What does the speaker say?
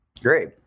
great